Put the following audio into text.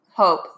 Hope